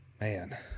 Man